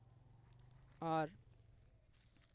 ᱟᱨ